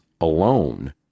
alone